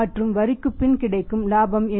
மற்றும் வரிக்குப் பின் கிடைக்கும் லாபம் என்ன